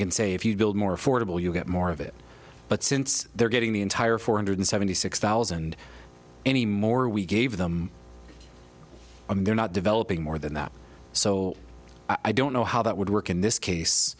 can say if you build more affordable you get more of it but since they're getting the entire four hundred seventy six thousand anymore we gave them and they're not developing more than that so i don't know how that would work in this case